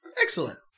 Excellent